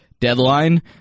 deadline